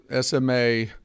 sma